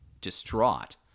distraught